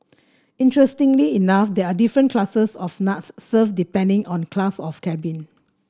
interestingly enough there are different classes of nuts served depending on class of cabin